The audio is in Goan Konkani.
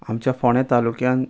आमच्या फोंड्या तालुक्यान